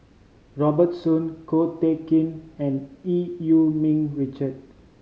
Robert Soon Ko Teck Kin and Eu Yee Ming Richard